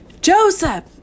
Joseph